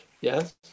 Yes